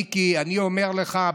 מיקי, אני אומר לך.